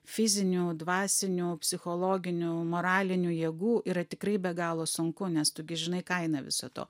fizinių dvasinių psichologinių moralinių jėgų yra tikrai be galo sunku nes tu gi žinai kainą viso to